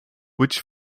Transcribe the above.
which